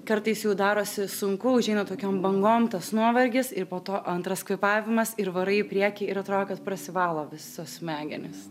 kartais jau darosi sunku užeina tokiom bangom tas nuovargis ir po to antras kvėpavimas ir varai į priekį ir atrodo kad prasivalo visos smegenys